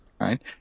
right